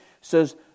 says